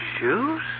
Shoes